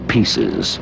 Pieces